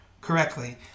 correctly